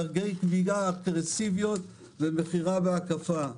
דרכי גבייה אגרסיביות ומכירה בהקפה.